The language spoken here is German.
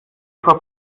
vor